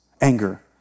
Anger